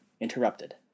Interrupted